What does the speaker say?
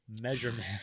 measurement